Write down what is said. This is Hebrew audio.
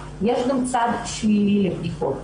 יש גם צד שלילי לבדיקות,